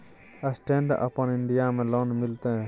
Stand up India में loan मिलते?